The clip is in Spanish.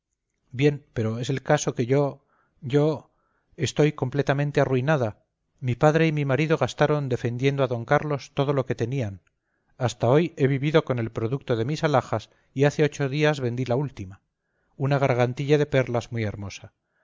bien pero es el caso que yo yo estoy completamente arruinada mi padre y mi marido gastaron defendiendo a d carlos todo lo que tenían hasta hoy he vivido con el producto de mis alhajas y hace ocho días vendí la última una gargantilla de perlas muy hermosa